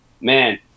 man